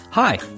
Hi